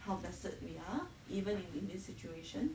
how blessed we are even in in this situation